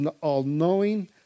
all-knowing